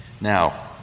Now